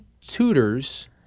tutors